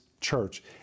Church